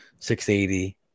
680